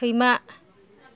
सैमा